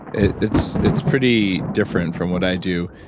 it's it's pretty different from what i do.